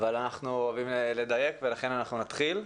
אבל אנחנו אוהבים לדייק ולכן אנחנו נתחיל.